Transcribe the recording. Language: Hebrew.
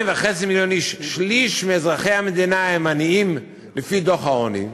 שהם עניים לפי דוח העוני,